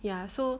ya so